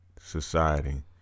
society